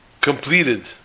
completed